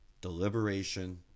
deliberation